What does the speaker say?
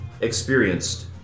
experienced